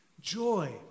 Joy